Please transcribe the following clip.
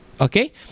Okay